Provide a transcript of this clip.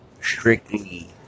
strictly